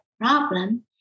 problem